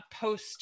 post